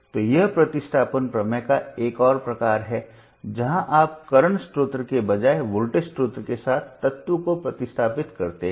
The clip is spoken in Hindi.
तो यह प्रतिस्थापन प्रमेय का एक और प्रकार है जहां आप करंट स्रोत के बजाय वोल्टेज स्रोत के साथ तत्व को प्रतिस्थापित करते हैं